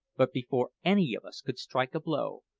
but before any of us could strike a blow,